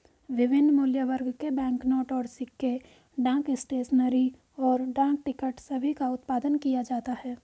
विभिन्न मूल्यवर्ग के बैंकनोट और सिक्के, डाक स्टेशनरी, और डाक टिकट सभी का उत्पादन किया जाता है